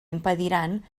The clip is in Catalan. impediran